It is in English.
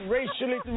Racially